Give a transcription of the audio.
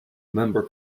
member